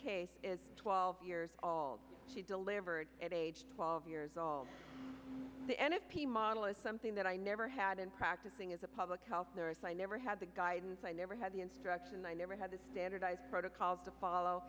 case is twelve years although she delivered at age twelve years old the end of people model is something that i never had in practicing as a public health nurse i never had the guidance i never had the instruction i never had the standardized protocols to follow